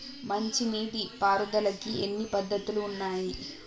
మంచి నీటి పారుదలకి ఎన్ని పద్దతులు ఉన్నాయి?